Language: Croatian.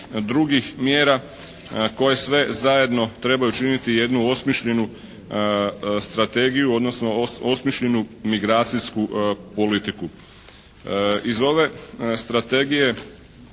drugih mjera koje sve zajedno trebaju činiti jednu osmišljenu strategiju, odnosno osmišljenu migracijsku politiku. Iz ove Strategije